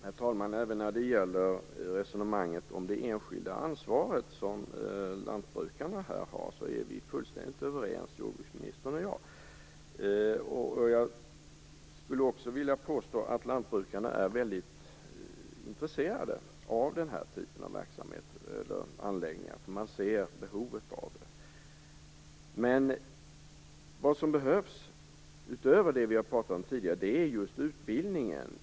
Herr talman! Även när det gäller resonemanget om lantbrukarnas enskilda ansvar är jordbruksministern och jag fullständigt överens. Jag skulle också vilja påstå att lantbrukarna är väldigt intresserade av den här typen av anläggningar, för man ser behovet av dem. Men vad som behövs utöver det som vi tidigare har talat om är just utbildning.